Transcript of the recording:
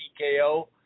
TKO